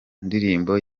ndirimbo